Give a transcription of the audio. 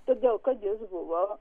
todėl kad jis buvo